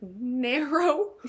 narrow